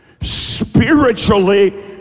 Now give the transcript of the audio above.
Spiritually